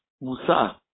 Musa